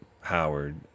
howard